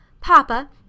Papa